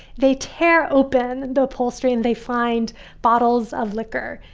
they tear open the pole screen. they find bottles of liquor.